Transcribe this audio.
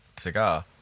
Cigar